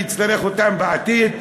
אני אצטרך אותם בעתיד,